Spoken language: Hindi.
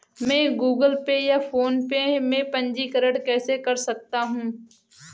मैं गूगल पे या फोनपे में पंजीकरण कैसे कर सकता हूँ?